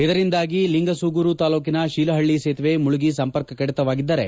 ಇದರಿಂದಾಗಿ ಲಿಂಗಸೂರು ತಾಲೂಕಿ ಶೀಲಹಳ್ಳ ಸೇತುವೆ ಮುಳುಗಿ ಸಂಪರ್ಕ ಕಡಿತವಾಗಿದ್ದರೆ